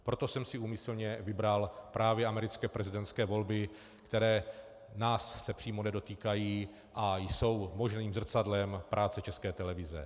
Proto jsem si úmyslně vybral právě americké prezidentské volby, které se nás přímo nedotýkají a jsou možným zrcadlem práce České televize.